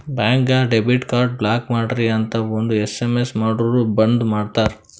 ಬ್ಯಾಂಕ್ಗ debit card block ಮಾಡ್ರಿ ಅಂತ್ ಒಂದ್ ಎಸ್.ಎಮ್.ಎಸ್ ಮಾಡುರ್ ಬಂದ್ ಮಾಡ್ತಾರ